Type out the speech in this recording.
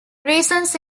reasons